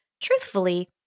truthfully